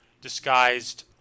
disguised